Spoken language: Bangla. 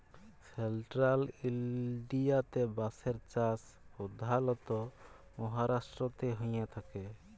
সেলট্রাল ইলডিয়াতে বাঁশের চাষ পধালত মাহারাষ্ট্রতেই হঁয়ে থ্যাকে